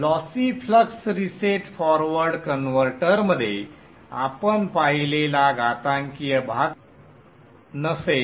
lossy flux reset forward कन्व्हर्टरमध्ये आपण पाहिलेला घातांकीय भाग नसेल